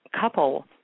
couple